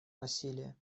насилия